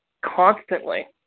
constantly